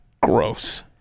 Gross